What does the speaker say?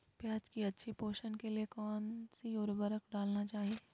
प्याज की अच्छी पोषण के लिए कौन सी उर्वरक डालना चाइए?